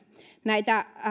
näitä